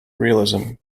realism